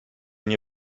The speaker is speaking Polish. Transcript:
nie